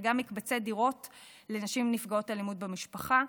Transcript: וגם מקבצי דירות לנשים נפגעות אלימות במשפחה.